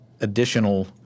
additional